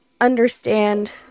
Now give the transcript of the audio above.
understand